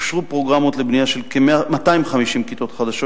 אושרו פרוגרמות לבנייה של כ-250 כיתות חדשות,